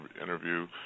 interview